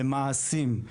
במעשים.